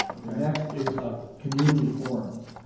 next is ah community forums.